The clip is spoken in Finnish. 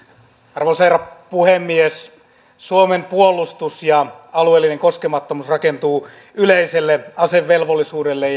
arvoisa herra puhemies suomen puolustus ja alueellinen koskemattomuus rakentuvat yleiselle asevelvollisuudelle